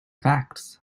facts